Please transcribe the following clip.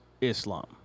Islam